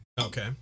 Okay